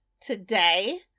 today